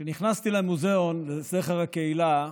כשנכנסתי למוזיאון לזכר הקהילה,